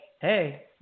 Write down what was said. hey